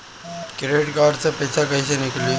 Credit card से पईसा केइसे निकली?